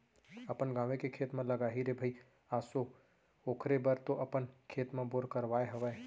अपन गाँवे के खेत म लगाही रे भई आसो ओखरे बर तो अपन खेत म बोर करवाय हवय